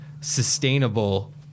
sustainable